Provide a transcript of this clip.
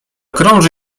krąży